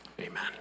Amen